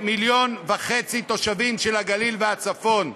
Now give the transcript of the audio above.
מיליון וחצי תושבים של הגליל והצפון.